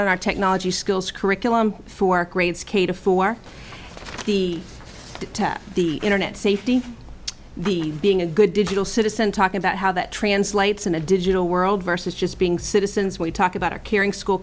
of our technology skills curriculum for grades k to for the test the internet safety the being a good digital citizen talking about how that translates in a digital world versus just being citizens we talk about a caring school